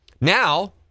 Now